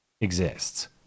exists